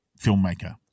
filmmaker